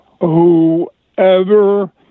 whoever